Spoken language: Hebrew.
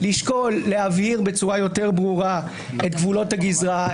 לשקול להבהיר בצורה יותר ברורה את גבולות הגזרה,